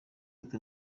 ati